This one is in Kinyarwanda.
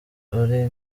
uri